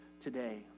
today